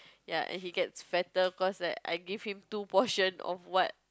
ya and he gets fatter cause like I give him two portion of what